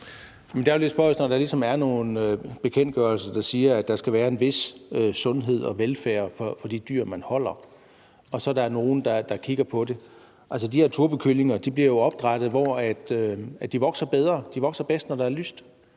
Søren Egge Rasmussen (EL): Der er nogle bekendtgørelser, der siger, at der skal være en vis sundhed og velfærd for de dyr, man holder, og så er der er nogle, der kigger på det. Altså, de her turbokyllinger, der bliver opdrættet, vokser jo bedst, når der er lyst,